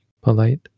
polite